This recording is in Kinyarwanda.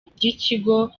ry’ikigo